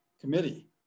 committee